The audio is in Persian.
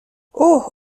اوه